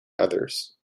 others